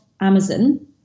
Amazon